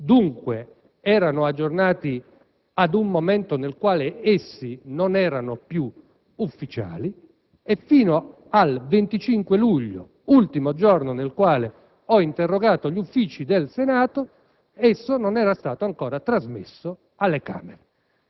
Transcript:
dunque erano aggiornati ad un momento nel quale non erano più ufficiali, e fino al 25 luglio, ultimo giorno nel quale ho interrogato gli uffici del Senato, esso non era stato ancora trasmesso alle Camere.